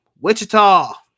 Wichita